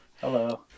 Hello